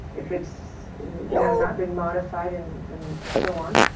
if it's you know not been modified and and so on.